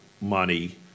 money